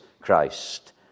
Christ